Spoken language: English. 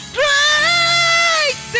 great